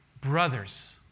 brothers